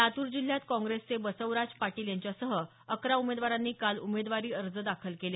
लातूर जिल्ह्यात काँग्रेसचे बसवराज पाटील यांच्यासह अकरा उमेदवारांनी काल उमेदवारी अर्ज दाखल केले